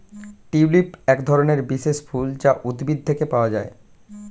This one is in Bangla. টিউলিপ একধরনের বিশেষ ফুল যা উদ্ভিদ থেকে পাওয়া যায়